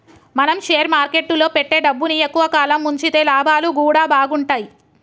మనం షేర్ మార్కెట్టులో పెట్టే డబ్బుని ఎక్కువ కాలం వుంచితే లాభాలు గూడా బాగుంటయ్